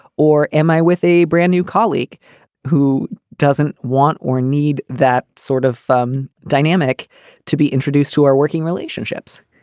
or am i with a brand new colleague who doesn't want or need that sort of um dynamic to be introduced who are working relationships?